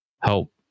help